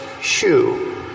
shoe